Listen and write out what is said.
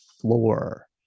floor